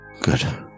Good